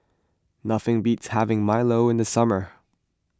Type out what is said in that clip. nothing beats having Milo in the summer